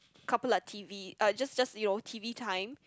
couple of t_v uh just just you know t_v time